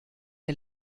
der